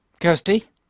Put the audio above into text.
Kirsty